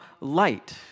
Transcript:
light